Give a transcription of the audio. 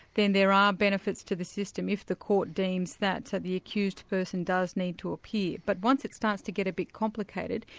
then there are benefits to the system if the court deems that the accused person does need to appear. but once it starts to get a bit complicated,